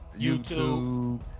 YouTube